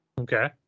Okay